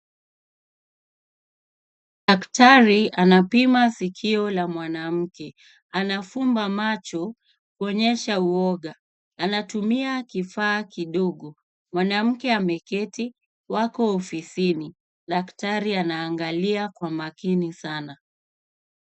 Daktari anapima sikio la mwanamke. Anafumba macho, kuonyesha uoga. Anatumia kifaa kidogo. Mwanamke ameketi, wako ofisini. Daktari anaangalia kwa makini sana.